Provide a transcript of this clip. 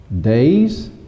Days